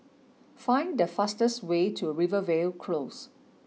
find the fastest way to Rivervale Close